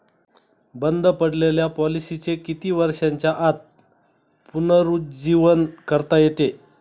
बंद पडलेल्या पॉलिसीचे किती वर्षांच्या आत पुनरुज्जीवन करता येते?